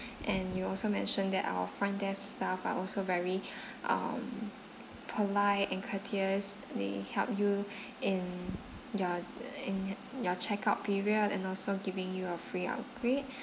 and you also mentioned that our front desk staff are also very um polite and courteously help you in your in your check out period and also giving you a free upgrade